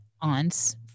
aunts